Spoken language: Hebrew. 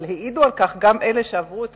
אבל העידו על כך גם אלה שעברו את